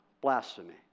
Blasphemy